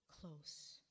close